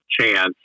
chance